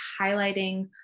highlighting